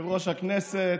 יושב-ראש הכנסת,